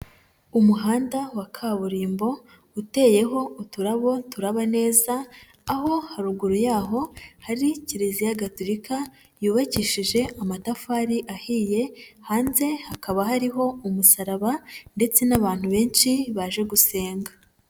Umuhanda wa kaburimbo uteyeho uturabo turaba neza aho haruguru y'aho hari Kiliziya Gatulika yubakishije amatafari ahiye, hanze hakaba hariho umusaraba ndetse n'abantu benshi baje gusenga.